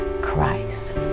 Christ